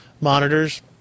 monitors